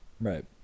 Right